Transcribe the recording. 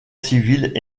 civil